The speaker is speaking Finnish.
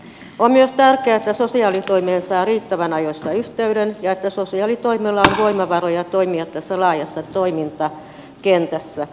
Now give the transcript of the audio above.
on myös tärkeää että sosiaalitoimeen saa riittävän ajoissa yhteyden ja että sosiaalitoimella on voimavaroja toimia tässä laajassa toimintakentässä